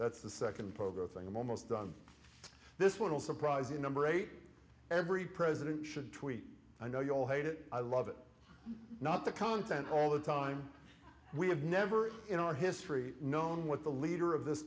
that's the second program thing i'm almost done this will surprise you number eight every president should tweet i know you all hate it i love it not the content all the time we have never in our history known what the leader of this